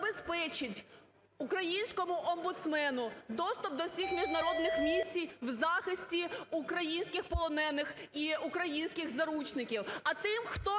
забезпечить українському омбудсмену доступ до всіх міжнародних місій в захисті українських полонених і українських заручників.